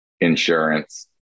insurance